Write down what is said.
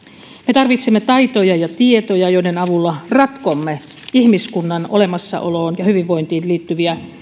me tarvitsemme taitoja ja tietoja joiden avulla ratkomme ihmiskunnan olemassaoloon ja hyvinvointiin liittyviä